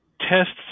tests